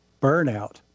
burnout